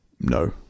No